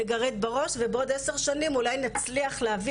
לגרד בראש ובעוד עשר שנים אולי נצליח להביא